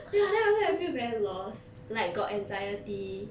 ya then after that I feel very lost like got anxiety